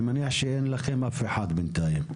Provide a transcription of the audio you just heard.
אני מניח שאין אצלכם אף אחד בינתיים,